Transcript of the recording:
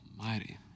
almighty